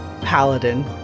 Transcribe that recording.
paladin